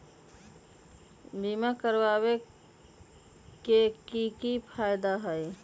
बीमा करबाबे के कि कि फायदा हई?